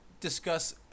discuss